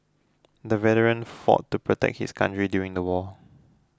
the veteran fought to protect his country during the war